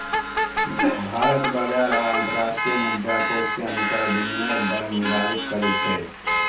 भारत बाजार आ अंतरराष्ट्रीय मुद्राकोष के अनुसार विनिमय दर निर्धारित करै छै